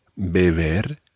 beber